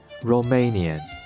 Romanian